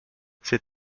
c’est